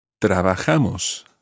Trabajamos